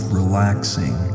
relaxing